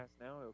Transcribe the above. Now